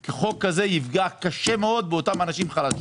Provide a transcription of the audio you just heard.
כי הוא יפגע קשה מאוד באותם אנשים חלשים.